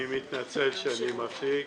אני מתנצל שאני מפסיק.